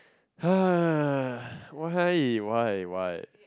ha why why why